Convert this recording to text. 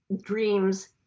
dreams